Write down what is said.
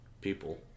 people